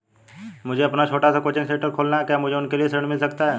मुझे अपना छोटा सा कोचिंग सेंटर खोलना है क्या मुझे उसके लिए ऋण मिल सकता है?